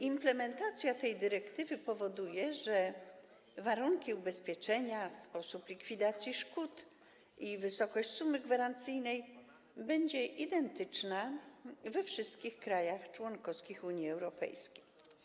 Implementacja tej dyrektywy powoduje, że warunki ubezpieczenia, sposób likwidacji szkód i wysokość sumy gwarancyjnej będą identyczne we wszystkich krajach członkowskich Unii Europejskiej.